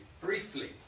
Briefly